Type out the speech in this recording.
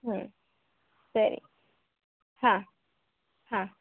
ಹ್ಞೂ ಸರಿ ಹಾಂ ಹಾಂ